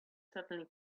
suddenly